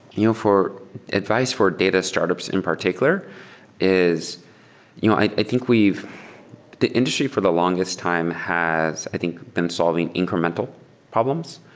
you know for advice for data startups in particular is you know i think the industry for the longest time has i think been solving incremental problems.